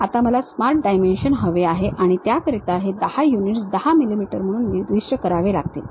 आता मला Smart Dimension हवे आहे आणि त्याकरिता हे 10 युनिट्स 10 मिलिमीटर म्हणून निर्दीष्ट करावे लागतील